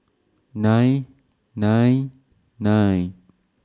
nine nine nine